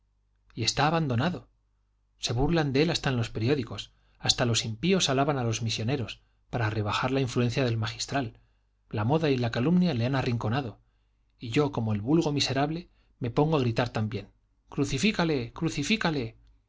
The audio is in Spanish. y está abandonado se burlan de él hasta en los periódicos hasta los impíos alaban a los misioneros para rebajar la influencia del magistral la moda y la calumnia le han arrinconado y yo como el vulgo miserable me pongo a gritar también crucifícale crucifícale